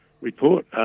report